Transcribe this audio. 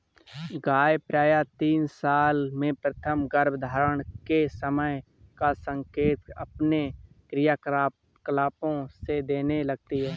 गाय प्रायः तीन साल में प्रथम गर्भधारण के समय का संकेत अपने क्रियाकलापों से देने लगती हैं